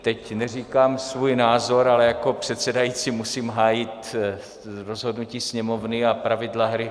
Teď neříkám svůj názor, ale jako předsedající musím hájit rozhodnutí Sněmovny a pravidla hry.